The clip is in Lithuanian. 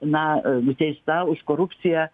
na nuteista už korupciją